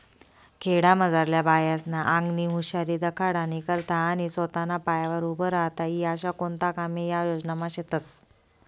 खेडामझारल्या बायास्ना आंगनी हुशारी दखाडानी करता आणि सोताना पायावर उभं राहता ई आशा कोणता कामे या योजनामा शेतस